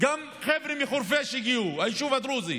גם חבר'ה מחורפיש הגיעו, היישוב הדרוזי.